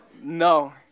No